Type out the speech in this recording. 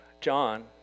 John